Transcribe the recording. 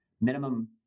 minimum